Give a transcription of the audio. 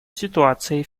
ситуацией